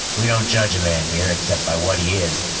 we don't judge a man here except by what he is.